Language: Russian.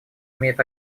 имеет